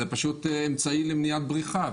זה פשוט אמצעי למניעת בריחה,